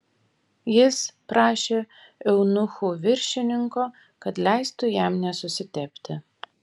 jis prašė eunuchų viršininko kad leistų jam nesusitepti